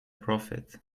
profit